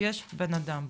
בן אדם בסוף.